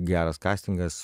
geras kastingas